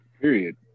Period